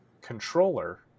controller